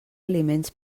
aliments